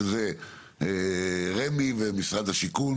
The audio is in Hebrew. שזה רמ"י ומשרד השיכון